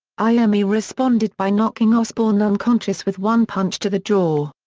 iommi responded by knocking osbourne unconscious with one punch to the jaw.